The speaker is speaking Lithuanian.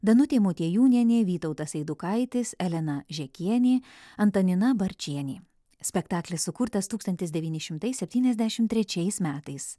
danutė motiejūnienė vytautas eidukaitis elena žekienė antanina barčienė spektaklis sukurtas tūkstantis devyni šimtai septyniasdešim trečiais metais